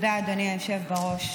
תודה, אדוני היושב בראש.